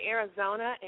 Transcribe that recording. Arizona